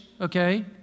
okay